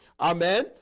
Amen